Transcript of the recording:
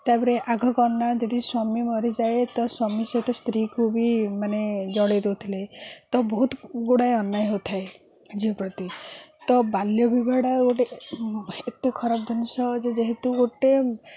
ତା'ପରେ ଆଗ କ'ଣନା ଯଦି ସ୍ୱାମୀ ମରିଯାଏ ତ ସ୍ୱାମୀ ସହିତ ସ୍ତ୍ରୀକୁ ବି ମାନେ ଜଳେଇ ଦେଉଥିଲେ ତ ବହୁତ ଗୁଡ଼ାଏ ଅନ୍ୟାୟ ହୋଇଥାଏ ଝିଅ ପ୍ରତି ତ ବାଲ୍ୟ ବିବାହଟା ଗୋଟେ ଏତେ ଖରାପ ଜିନିଷ ଯେ ଯେହେତୁ ଗୋଟେ